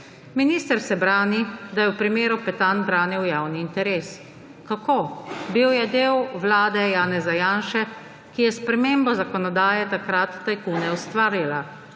Minister se brani, da je v primeru Petan branil javni interes. Kako? Bil je del vlade Janeza Janše, ki je s spremembo zakonodaje takrat tajkune ustvarila.